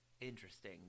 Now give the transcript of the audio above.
interesting